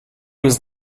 was